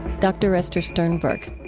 dr. esther sternberg